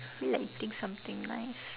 feel like eating something nice